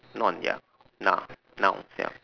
noun ya noun nouns ya